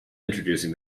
introducing